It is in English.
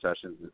sessions